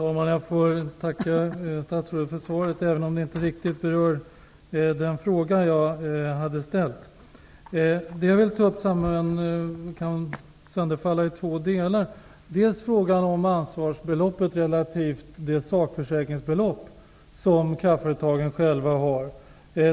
Herr talman! Jag tackar statsrådet för svaret, även om det inte riktigt rörde den fråga jag hade ställt. Det jag vill ta upp kan sönderfalla i två delar. Den första handlar om frågan om ansvarsbeloppet relaterat till de sakbelopp som kraftföretagen själva har.